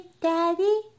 Daddy